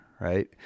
right